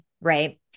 right